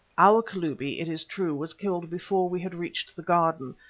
our kalubi, it is true, was killed before we had reached the garden,